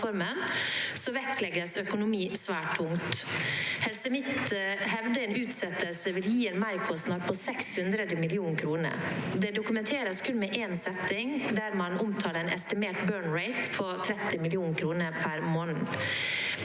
vektlegges økonomi svært tungt. Helse Midt-Norge hevder en utsettelse vil gi en merkostnad på 600 mill. kr. Det dokumenteres kun med en setning der man omtaler en estimert «burn rate» på 30 mill. kr per måned.